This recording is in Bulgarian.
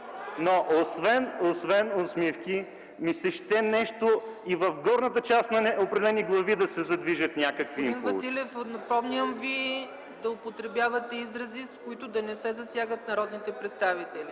Но освен усмивки, ми се ще нещо и в горната част на определени глави да се задвижат някакви импулси. ПРЕДСЕДАТЕЛ ЦЕЦКА ЦАЧЕВА: Господин Василев, напомням Ви да употребявате изрази, с които да не се засягат народните представители.